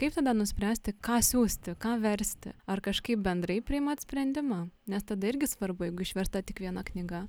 kaip tada nuspręsti ką siųsti ką versti ar kažkaip bendrai priimat sprendimą nes tada irgi svarbu jeigu išversta tik viena knyga